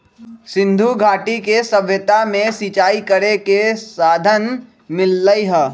सिंधुघाटी के सभ्यता में सिंचाई करे के साधन मिललई ह